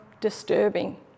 disturbing